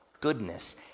goodness